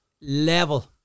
level